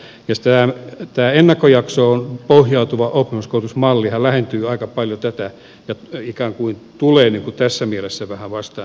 tämä ennakkojaksoon pohjautuva oppisopimuskoulutusmallihan lähentyy aika paljon tätä ja ikään kuin tulee tässä mielessä vähän vastaan tähän ajatteluun